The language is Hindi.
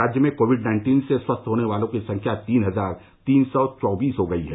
राज्य में कोविड नाइन्टीन से स्वस्थ होने वालों की संख्या तीन हजार तीन सौ चौबीस हो गई है